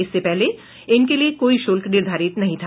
इससे पहले इनके लिये कोई शुल्क निर्धारित नहीं था